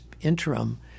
interim